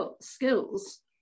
skills